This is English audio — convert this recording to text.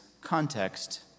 context